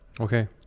okay